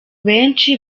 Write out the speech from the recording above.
benshi